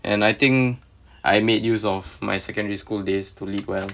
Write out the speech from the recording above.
and I think I made use of my secondary school days to lead well